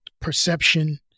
perception